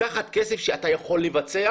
לקחת כסף שאתה יכול לבצע